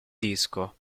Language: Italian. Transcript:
disco